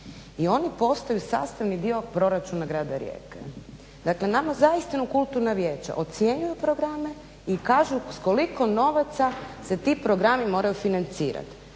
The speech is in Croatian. a oni postoje sastavni dio proračuna grada Rijeke. Nama zaista kulturna vijeća ocjenjuju programe i kažu s koliko novaca se ti programi moraju financirati.